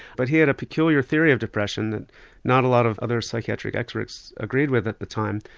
but he had a peculiar theory of depression that not a lot of other psychiatric experts agreed with at the time.